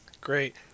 Great